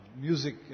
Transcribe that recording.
music